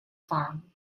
farm